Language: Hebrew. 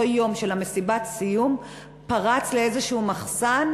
יום של מסיבת הסיום פרץ לאיזשהו מחסן,